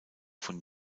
von